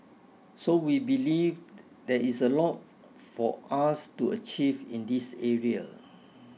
so we believe there is a lot for us to achieve in this area